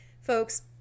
folks